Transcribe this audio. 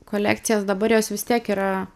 kolekcijas dabar jos vis tiek yra